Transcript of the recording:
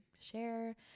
share